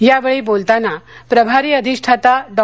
या वेळी बोलतांना प्रभारी अधिष्ठाता डॉ